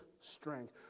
strength